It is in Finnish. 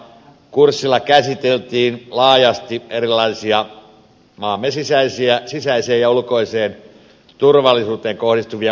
kurssilla käsiteltiin laajasti erilaisia maamme sisäiseen ja ulkoiseen turvallisuuteen kohdistuvia uhkakuvia